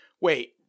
wait